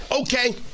Okay